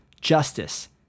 justice